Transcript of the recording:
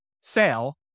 sale